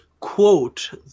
quote